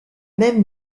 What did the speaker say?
même